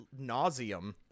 nauseum